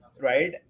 right